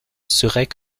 serait